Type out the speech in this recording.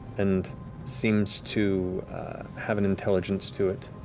and seems to have an intelligence to it.